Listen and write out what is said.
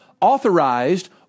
authorized